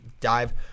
dive